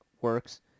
works